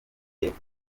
y’epfo